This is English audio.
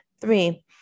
Three